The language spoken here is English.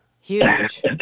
Huge